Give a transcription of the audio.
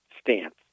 stance